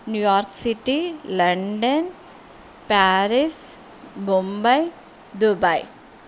new York City London Paris Mumbai Dubai